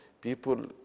people